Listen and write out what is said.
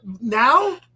now